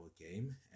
game